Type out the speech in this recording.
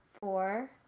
four